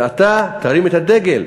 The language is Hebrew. ואתה תרים את הדגל.